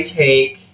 take